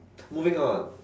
moving on